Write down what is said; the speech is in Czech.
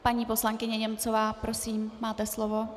Paní poslankyně Němcová, prosím, máte slovo.